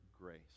grace